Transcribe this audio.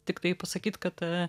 tiktai pasakyt kad